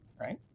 right